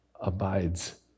abides